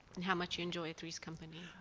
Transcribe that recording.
and how much you enjoyed three's company.